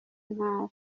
ntara